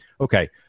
Okay